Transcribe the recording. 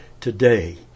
today